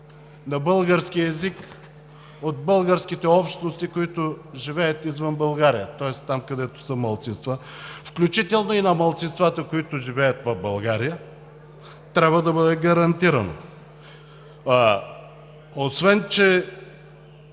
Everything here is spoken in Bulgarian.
на българския език от българските общности, които живеят извън България, тоест там, където са малцинства, включително и на малцинствата, които живеят в България, трябва да бъде гарантирано. Освен че